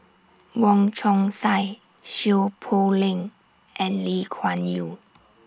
Wong Chong Sai Seow Poh Leng and Lee Kuan Yew